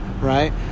right